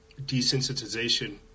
desensitization